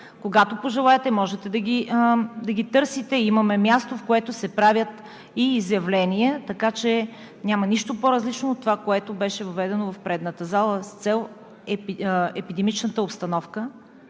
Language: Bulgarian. когато пожелаете, можете да ги търсите, имаме място, в което се правят и изявления. Така че няма нищо по-различно от това, което беше въведено в предната зала с цел епидемичната обстановка,